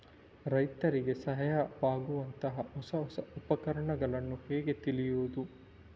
ರೈತರಿಗೆ ಸಹಾಯವಾಗುವಂತಹ ಹೊಸ ಹೊಸ ಉಪಕರಣಗಳನ್ನು ಹೇಗೆ ತಿಳಿಯುವುದು?